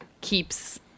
keeps